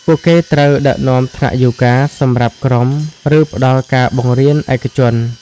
ពួកគេត្រូវ ដឹកនាំថ្នាក់យូហ្គា សម្រាប់ក្រុម ឬផ្តល់ការបង្រៀនឯកជន។